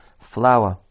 flower